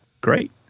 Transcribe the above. great